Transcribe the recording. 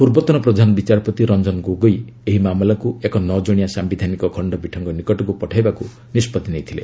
ପୂର୍ବତନ ପ୍ରଧାନ ବିଚାରପତି ରଞ୍ଜନ ଗୋଗୋଇ ଏହି ମାମଲାକୃ ଏକ ନଅ ଜଣିଆ ସିୟିଧାନିକ ଖଣ୍ଡପୀଠ ନିକଟକ୍ ପଠାଇବାକ୍ ନିଷ୍ପଭି ନେଇଥିଲେ